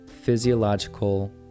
physiological